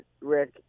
Rick